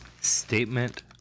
Statement